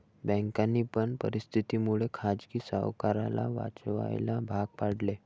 बँकांनी पण परिस्थिती मुळे खाजगी सावकाराला वाचवायला भाग पाडले